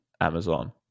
Amazon